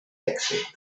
èxit